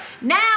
now